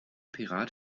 pirat